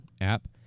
app